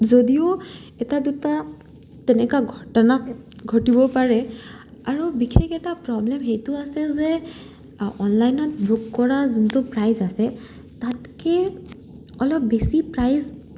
যদিও এটা দুটা তেনেকা ঘটনা ঘটিব পাৰে আৰু বিশেষ এটা প্ৰব্লেম সেইটো আছে যে অনলাইনত বুক কৰা যোনটো প্ৰাইছ আছে তাতকে অলপ বেছি প্ৰাইছ